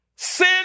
Sin